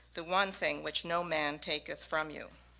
the one thing which no man taketh from you.